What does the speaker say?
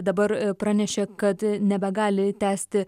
dabar pranešė kad nebegali tęsti